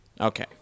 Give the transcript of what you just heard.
Okay